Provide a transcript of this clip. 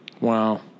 Wow